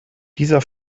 dieser